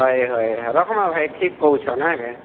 ହଏ ହଏ ରଖ୍ମା ଭାଇ ଠିକ୍ କହୁଛ ନାଁକେ